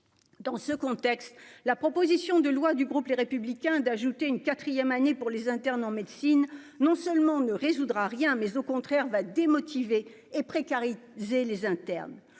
dans ce contexte, la proposition de loi du groupe, les républicains d'ajouter une 4ème année pour les internes en médecine, non seulement ne résoudra rien, mais au contraire va démotiver et précarité, j'ai les internes